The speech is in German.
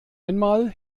einmal